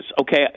Okay